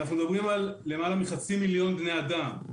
אנחנו מדברים על יותר מחצי מיליון בני אדם.